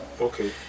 Okay